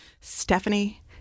Stephanie